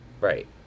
Right